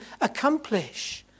accomplish